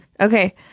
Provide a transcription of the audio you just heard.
Okay